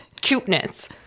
cuteness